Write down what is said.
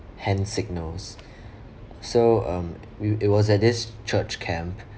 hand signals so um we it was at this church camp